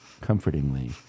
comfortingly